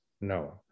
no